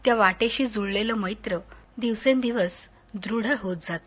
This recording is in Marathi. त्या वाटेशी जुळलेलं मैत्र दिवसेंदिवस दृढ होत जात